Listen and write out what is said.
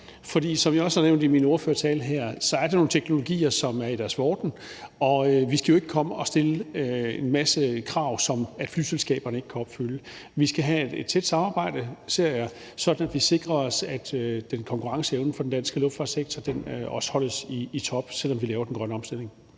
For som jeg også har nævnt i min ordførertale her, er det nogle teknologier, som er i deres vorden, og vi skal jo ikke komme og stille en masse krav, som flyselskaberne ikke kan opfylde. Vi skal have et tæt samarbejde, som jeg ser det, sådan at vi sikrer os, at konkurrenceevnen for den danske luftfartssektor også holdes i top, selv om vi laver den grønne omstilling.